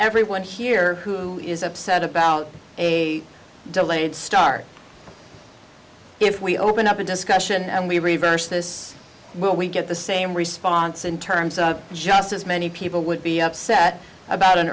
everyone here who is upset about a delayed start if we open up a discussion and we reverse this will we get the same response in terms of just as many people would be upset about an